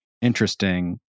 interesting